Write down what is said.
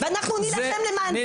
ואנחנו נלחם בכם למען זה.